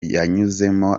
yanyuzemo